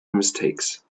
mistakes